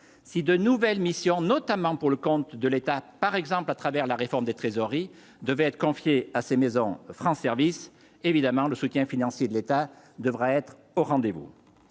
si de nouvelles missions, notamment pour le compte de l'État par exemple à travers la réforme des trésoreries devait être confiée à ces maisons France service évidemment le soutien financier de l'État devra être au rendez-vous,